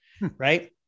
Right